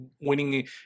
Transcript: winning